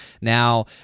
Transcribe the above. Now